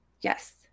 Yes